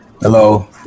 Hello